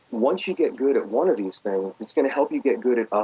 once you get good at one of these things, it's going to help you get good at ah